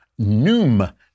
Noom